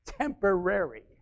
temporary